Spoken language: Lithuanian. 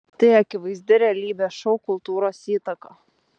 tai akivaizdi realybės šou kultūros įtaka